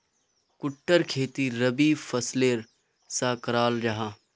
कुट्टूर खेती रबी फसलेर सा कराल जाहा